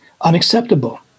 unacceptable